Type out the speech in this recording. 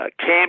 came